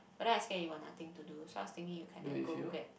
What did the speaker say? but then I scared you got nothing to do so I was thinking you can like go get